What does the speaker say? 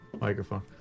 Microphone